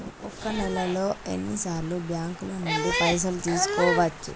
ఒక నెలలో ఎన్ని సార్లు బ్యాంకుల నుండి పైసలు తీసుకోవచ్చు?